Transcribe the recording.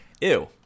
Ew